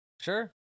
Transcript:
Sure